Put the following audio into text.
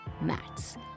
mats